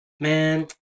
Man